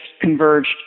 converged